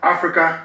Africa